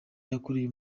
yakoreye